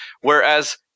Whereas